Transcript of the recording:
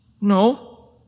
No